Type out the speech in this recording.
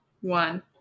one